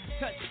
touch